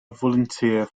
volunteer